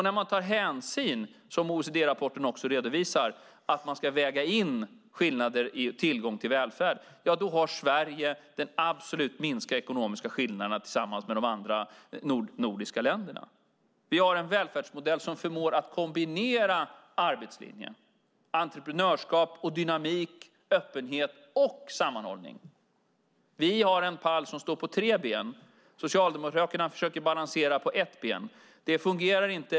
När man, som OECD-rapporten också redovisar, väger in skillnader i tillgång till välfärd ser man att Sverige har de absolut minsta ekonomiska skillnaderna, tillsammans med de andra nordiska länderna. Vi har en välfärdsmodell som förmår att kombinera arbetslinjen, entreprenörskap och dynamik, öppenhet och sammanhållning. Vi har en pall som står på tre ben. Socialdemokraterna försöker balansera på ett ben. Det fungerar inte.